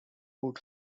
food